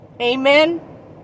Amen